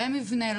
במבנה,